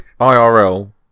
IRL